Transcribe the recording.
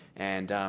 and